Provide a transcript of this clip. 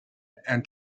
and